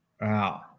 Wow